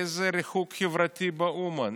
איזה ריחוק חברתי יש באומן?